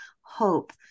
hope